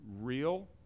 real